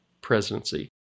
presidency